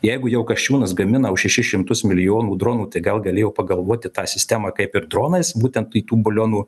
jeigu jau kasčiūnas gamina už šešis šimtus milijonų dronų tai gal galėjo pagalvoti tą sistemą kaip ir dronais būtent į tų balionų